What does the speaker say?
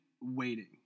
waiting